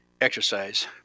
exercise